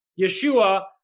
Yeshua